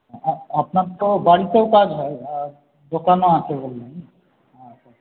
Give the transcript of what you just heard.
up আপনার তো বাড়িতেও কাজ হয় আর দোকানও আছে বললেন আচ্ছা আচ্ছা